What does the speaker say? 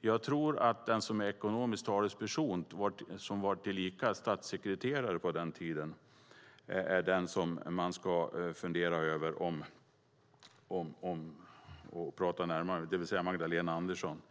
Jag tror att den som numera är ekonomisk talesperson och på den tiden var statssekreterare är den man ska tala närmare med, det vill säga Magdalena Andersson.